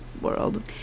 world